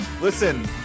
Listen